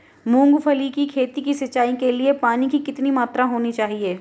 मूंगफली की खेती की सिंचाई के लिए पानी की कितनी मात्रा होनी चाहिए?